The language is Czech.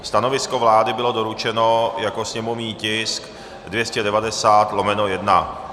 Stanovisko vlády bylo doručeno jako sněmovní tisk 290/1.